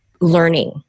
learning